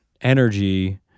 energy